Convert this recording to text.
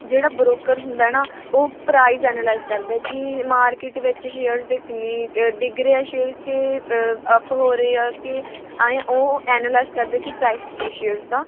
ਜਿਹੜਾ ਬ੍ਰੋਕਰ ਹੁੰਦਾ ਹੈ ਨਾ ਉਹ ਪ੍ਰਾਈਜ਼ ਐਨਾਲਾਈਜ਼ ਕਰਦਾ ਕਿ ਮਾਰਕੀਟ ਵਿੱਚ ਸ਼ੇਅਰਸ ਦੇ ਕਿੰਨੀ ਡਿੱਗ ਰਿਹਾ ਸ਼ੇਅਰ ਕਿ ਅੱਪ ਹੋ ਰਹੇ ਆ ਕਿ ਆਏ ਉਹ ਐਨਾਲਾਈਜ਼ ਕਰਦਾ ਕਿ ਉਹ ਪ੍ਰਾਈਜ਼ ਕੀ ਹੈ ਸ਼ੇਅਰਸ ਦਾ